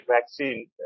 vaccine